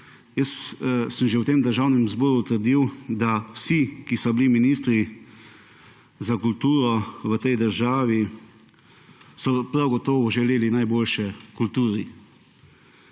jaz že v tem državnem zboru trdil, da vsi, ki so bili ministri za kulturo v tej državi, so prav gotovo želeli najboljše kulturi